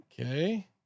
Okay